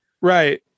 right